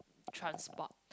transport